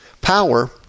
power